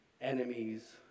enemies